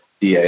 DA